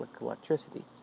electricity